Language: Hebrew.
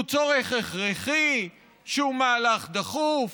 שהוא צורך הכרחי, שהוא מהלך דחוף,